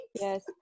Yes